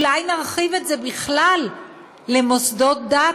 אולי נרחיב את זה בכלל למוסדות דת?